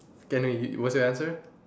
anyway what's your answer